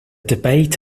debate